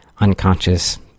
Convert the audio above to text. unconscious